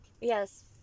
yes